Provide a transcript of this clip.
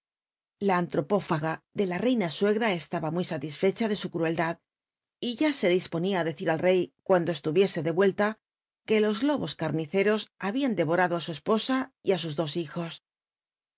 a anlropril'aga de la reina suegra cslaha ntll satisrocha de sil rucldad y ytt se disponia á decir al rej en ando csltll icsc de y uella que los lobos carniceros habían dc'orado á su esposa y á sus dos hijos